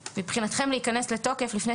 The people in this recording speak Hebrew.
הזאת מורכבת וחייבים להיכנס לעומק הדברים,